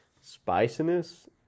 Spiciness